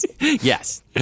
Yes